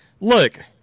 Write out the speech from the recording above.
Look